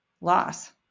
loss